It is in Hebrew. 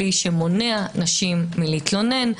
כלי שמונע נשים מלהתלונן,